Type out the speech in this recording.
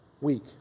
week